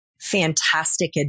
Fantastic